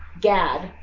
Gad